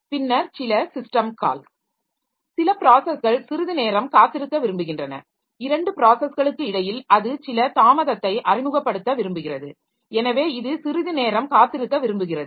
பின்னர் சில system calls சில ப்ராஸஸ்கள் சிறிது நேரம் காத்திருக்க விரும்புகின்றன இரண்டு ப்ராஸஸ்களுக்கு இடையில் அது சில தாமதத்தை அறிமுகப்படுத்த விரும்புகிறது எனவே இது சிறிது நேரம் காத்திருக்க விரும்புகிறது